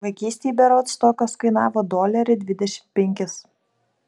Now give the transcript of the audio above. vaikystėj berods tokios kainavo dolerį dvidešimt penkis